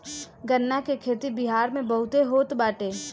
गन्ना के खेती बिहार में बहुते होत बाटे